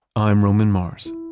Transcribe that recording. i'm roman mars